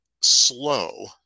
slow